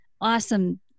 awesome